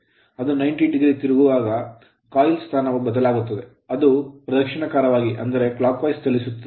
ಅದು 90o ತಿರುಗುವಾಗ ಸುರುಳಿಯ ಸ್ಥಾನವು ಬದಲಾಗುತ್ತದೆ ಅದು ಪ್ರದಕ್ಷಿಣಾಕಾರವಾಗಿ ಚಲಿಸುತ್ತದೆ